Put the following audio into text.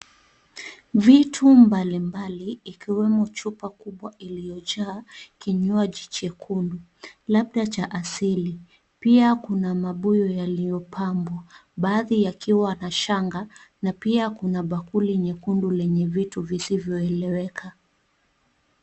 Vitu mbali mbali ikiwemo chupa kubwa iliyo jaa kinywaji chekundu labda cha asili. Pia kuna mabuyu yaliyo pambwa baadhi yakiwa na shanga na pia kuna bakuli nyekundu lenye vitu visivyo eleweka.